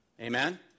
amen